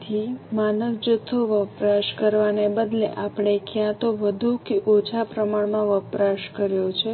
તેથી માનક જથ્થો વપરાશ કરવાને બદલે આપણે ક્યાં તો વધુ કે ઓછા પ્રમાણમાં વપરાશ કર્યો છે